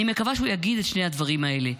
אני מקווה שהוא יגיד את שני הדברים האלה,